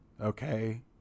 Okay